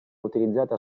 utilizzata